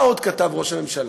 מה עוד כתב ראש הממשלה?